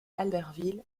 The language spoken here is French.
albertville